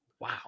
Wow